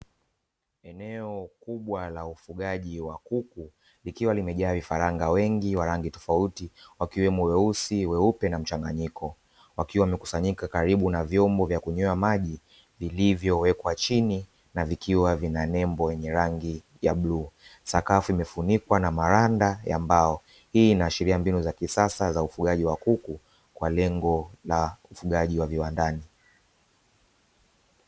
Eneo kubwa la ufugaji wa kuku likiwa limejaa vifaranga wengi wa rangi tofauti wakiwemo weusi weupe na mchanganyiko wakiwa wamekusanyika karibu na vyombo vya kunywa maji vilivyowekwa chini na vikiwa vina nembo yenye rangi ya bluu, sakafu imefunikwa na maranda ya mbao. Hii inaashiria mbinu za kisasa za ufugaji wa kuku kwa lengo la ufugaji wa viwandani.